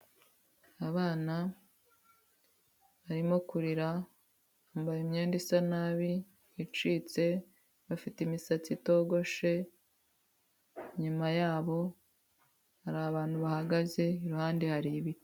Abana barimo kurira bambaye imyenda isa nabi icitse, bafite imisatsi itogoshe, inyuma yabo hari abantu bahagaze iruhande hari ibiti.